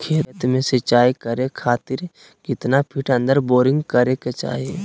खेत में सिंचाई करे खातिर कितना फिट अंदर बोरिंग करे के चाही?